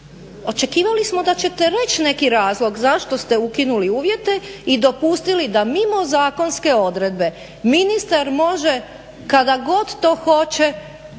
Očekivali smo da ćete reć neki razlog zašto ste ukinuli uvjete i dopustili da mimo zakonske odredbe ministar može kada god to hoće